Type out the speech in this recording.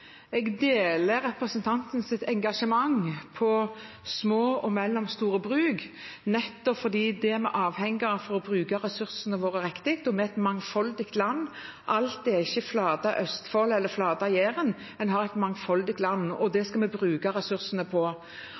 Jeg deler representantens engasjement for små og mellomstore bruk, for vi er avhengig av dem for å bruke ressursene våre riktig. Vi er et mangfoldig land. Alt er ikke flate Østfold eller flate Jæren. Vi har et mangfoldig land, og det skal vi bruke ressursene på.